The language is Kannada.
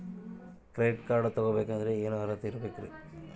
ಕ್ರೆಡಿಟ್ ಕಾರ್ಡ್ ತೊಗೋ ಬೇಕಾದರೆ ಏನು ಅರ್ಹತೆ ಇರಬೇಕ್ರಿ?